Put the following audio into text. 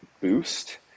boost